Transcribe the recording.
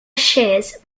shears